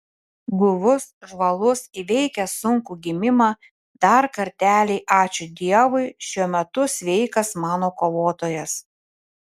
guvus žvalus įveikęs sunkų gimimą dar kartelį ačiū dievui šiuo metu sveikas mano kovotojas